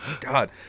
God